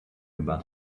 about